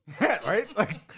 right